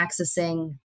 accessing